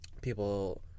people